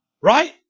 Right